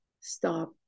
stop